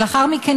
ולאחר מכן,